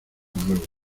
nuevo